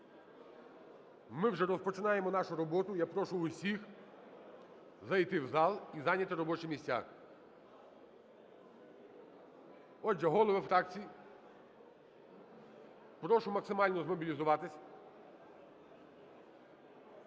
Ми вже розпочинаємо нашу роботу, я прошу усіх зайти в зал і зайняти робочі місця. Отже, голови фракцій, прошу максимально змобілізуватись.